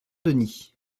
denis